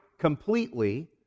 completely